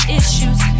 issues